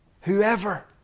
whoever